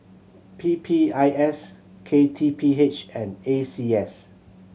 P P I S K T P H and A C S